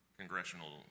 congressional